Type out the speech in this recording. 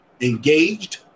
engaged